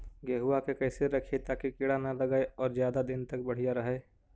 गेहुआ के कैसे रखिये ताकी कीड़ा न लगै और ज्यादा दिन तक बढ़िया रहै?